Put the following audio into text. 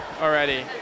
already